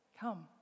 come